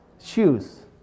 shoes